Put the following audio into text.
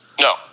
No